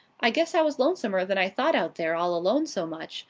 i guess i was lonesomer than i thought out there all alone so much,